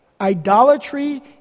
Idolatry